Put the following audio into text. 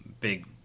big